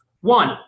One